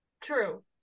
True